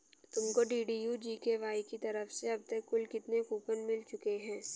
तुमको D D U G K Y की तरफ से अब तक कुल कितने कूपन मिल चुके हैं?